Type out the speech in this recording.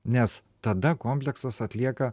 nes tada kompleksas atlieka